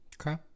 Okay